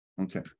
Okay